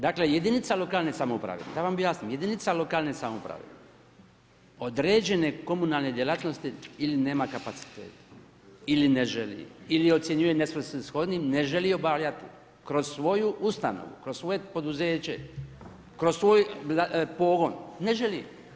Dakle, jedinica lokalne samouprave, da vam objasnim, jedinica lokalne samouprave, određene komunalne djelatnosti ili nema kapacitet ili ne želi, ili ocjenjuje nevrsnima shodnim ne želi obavljati, kroz svoju ustanovu, kroz svoje poduzeće, kroz svoj pogon, ne želi.